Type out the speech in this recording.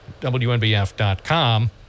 WNBF.com